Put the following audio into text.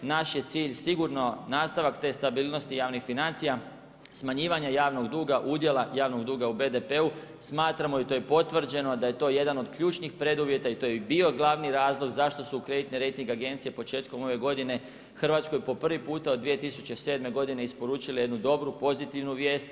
Naš je cilj sigurno nastavak te stabilnost i javnih financija, smanjivanje javnog duga, udjela javnog duga u BDP, smatramo i to je potvrđeno da je to jedan od ključnih preduvjeta i to je bio glavni razlog zašto su kreditne rejting agencije početkom ove godine Hrvatskoj po prvi puta od 2007. godine isporučili jednu dobru, pozitivnu vijest.